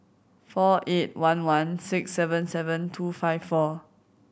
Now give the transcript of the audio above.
four eight one one six seven seven two five four